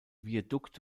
viadukt